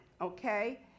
okay